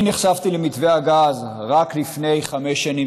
אני נחשפתי למתווה הגז רק לפני חמש שנים,